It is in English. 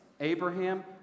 Abraham